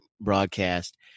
broadcast